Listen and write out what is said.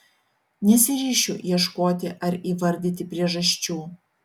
nesiryšiu ieškoti ar įvardyti priežasčių